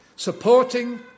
Supporting